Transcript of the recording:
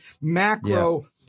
macro